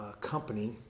company